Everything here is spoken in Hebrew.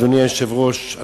אדוני היושב-ראש,